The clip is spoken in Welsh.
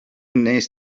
wnest